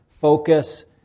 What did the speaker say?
focus